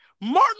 Martin